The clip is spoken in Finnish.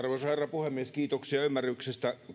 puhemies kiitoksia ymmärryksestä